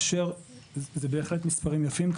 אלה בהחלט מספרים יפים,